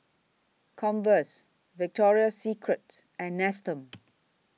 Converse Victoria Secret and Nestum